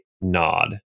nod